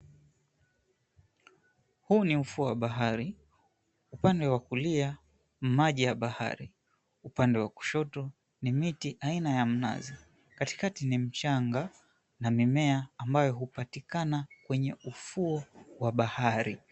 Huu ni ufuo wa bahari. Upande wa kulia ni maji ya bahari. Upande wa kushoto ni miti aina ya mnazi. Katikati ni mchanga na mimea ambayo hupatikana kwenye ufuo wa bahari.